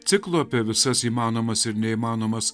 ciklo apie visas įmanomas ir neįmanomas